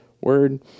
word